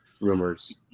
rumors